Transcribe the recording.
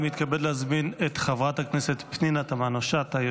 אני מתכבד להזמין את חברת הכנסת פנינה תמנו שטה,